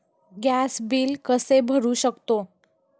Gas bill कसे भरू शकतो?